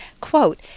Quote